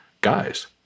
Guys